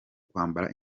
kwambara